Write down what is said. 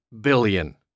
billion